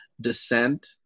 Descent